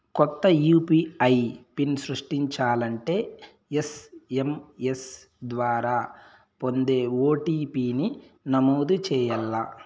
కొత్త UPI PIN సృష్టించాలంటే SMS ద్వారా పొందే ఓ.టి.పి.ని నమోదు చేయాల్ల